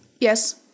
Yes